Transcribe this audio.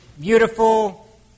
beautiful